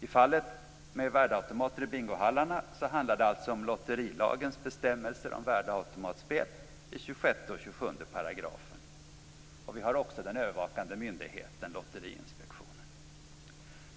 I fallet med värdeautomater i bingohallarna handlar det om lotterilagens bestämmelser om värdeautomatspel i 26 och 27 §§. Vi har också den övervakande myndigheten Lotteriinspektionen.